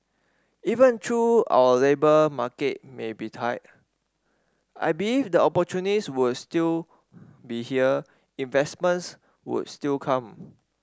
even though our labour market may be tight I believe the would still be here investments would still come